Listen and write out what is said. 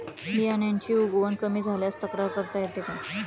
बियाण्यांची उगवण कमी झाल्यास तक्रार करता येते का?